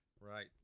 Right